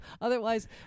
Otherwise